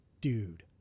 dude